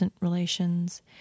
relations